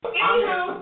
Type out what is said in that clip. Anywho